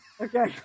Okay